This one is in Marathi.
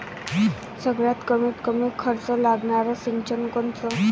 सगळ्यात कमीत कमी खर्च लागनारं सिंचन कोनचं?